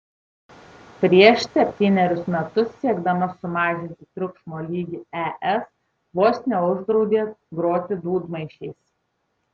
prieš septynerius metus siekdama sumažinti triukšmo lygį es vos neuždraudė groti dūdmaišiais